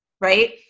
Right